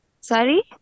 Sorry